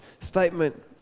statement